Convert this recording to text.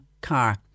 car